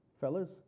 Fellas